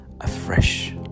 afresh